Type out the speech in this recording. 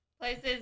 places